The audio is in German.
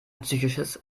psychisches